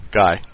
guy